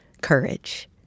courage